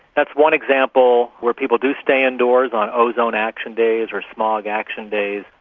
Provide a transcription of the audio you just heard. that's one example where people do stay indoors, on ozone action days or smog action days,